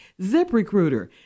ZipRecruiter